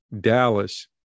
Dallas